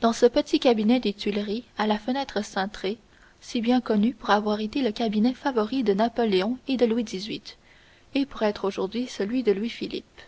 dans ce petit cabinet des tuileries à la fenêtre cintrée si bien connu pour avoir été le cabinet favori de napoléon et de louis xviii et pour être aujourd'hui celui de louis-philippe